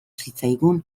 zitzaigun